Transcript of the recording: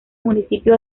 municipio